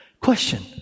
Question